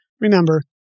remember